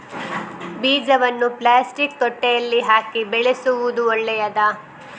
ಬೀಜವನ್ನು ಪ್ಲಾಸ್ಟಿಕ್ ತೊಟ್ಟೆಯಲ್ಲಿ ಹಾಕಿ ಬೆಳೆಸುವುದು ಒಳ್ಳೆಯದಾ?